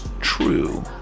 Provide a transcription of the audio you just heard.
true